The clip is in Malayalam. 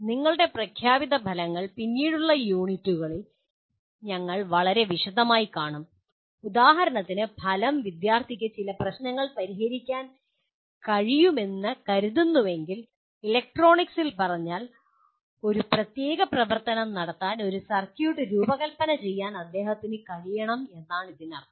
നിങ്ങളുടെ പ്രഖ്യാപിത ഫലങ്ങൾ പിന്നീടുള്ള യൂണിറ്റുകളിൽ ഞങ്ങൾ വളരെ വിശദമായി കാണും ഉദാഹരണത്തിന് ഫലം വിദ്യാർത്ഥിക്ക് ചില പ്രശ്നങ്ങൾ പരിഹരിക്കാൻ കഴിയുമെന്ന് കരുതുന്നുവെങ്കിൽ ഇലക്ട്രോണിക്സിൽ പറഞ്ഞാൽ ഒരു പ്രത്യേക പ്രവർത്തനം നടത്താൻ ഒരു സർക്യൂട്ട് രൂപകൽപ്പന ചെയ്യാൻ അദ്ദേഹത്തിന് കഴിയണം എന്നാണ് ഇതിനർത്ഥം